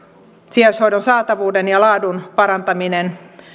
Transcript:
sijaishoidon saatavuuden ja laadun parantaminen